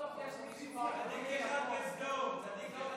צדיק אחד בסדום.